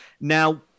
Now